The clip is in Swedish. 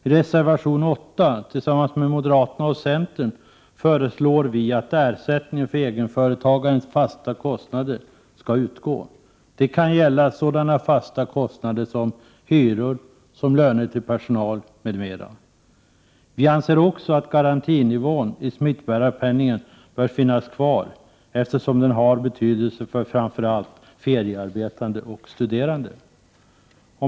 I reservation 8 föreslår vi tillsammans med moderaterna och centern att ersättning för egenföretagarens fasta kostnader skall utgå. Det kan gälla sådana fasta kostnader som hyror, löner till personal m.m. Vi anser också att garantinivån i smittbärarpenningen bör finnas kvar, eftersom den har betydelse för framför allt feriearbetande och studerande.